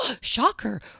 shocker